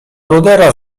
rudera